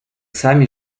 самі